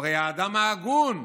הוא הרי האדם ההגון,